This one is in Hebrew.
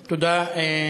תודה.